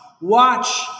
watch